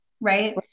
right